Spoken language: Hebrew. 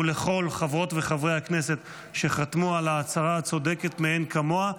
ולכל חברות וחברי הכנסת שחתמו על ההצהרה הצודקת מאין כמוה,